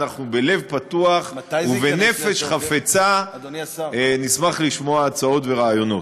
אנחנו בלב פתוח ובנפש חפצה נשמח לשמוע הצעות ורעיונות.